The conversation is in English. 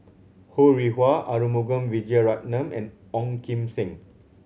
Ho Rih Hwa Arumugam Vijiaratnam and Ong Kim Seng